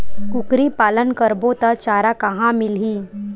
कुकरी पालन करबो त चारा कहां मिलही?